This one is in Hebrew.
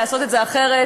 לעשות את זה אחרת